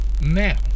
now